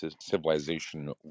civilization